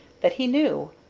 that he knew.